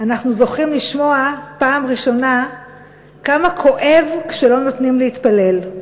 אנחנו זוכים לשמוע פעם ראשונה כמה כואב כשלא נותנים להתפלל.